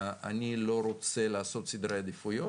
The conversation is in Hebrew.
אני לא רוצה לעשות סדרי עדיפויות,